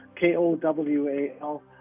K-O-W-A-L